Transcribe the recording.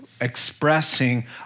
expressing